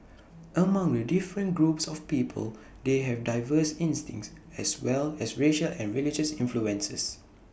among the different groups of people they have diverse instincts as well as racial and religious influences